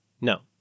no